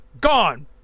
gone